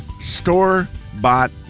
store-bought